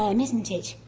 ah and isn't it,